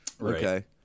okay